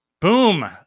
Boom